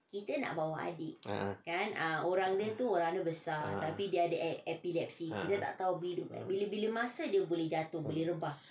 ah ah